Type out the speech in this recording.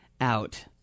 out